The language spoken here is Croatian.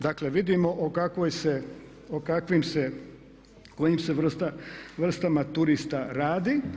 Dakle, vidimo o kakvim se, kojim se vrstama turista radi.